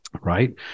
right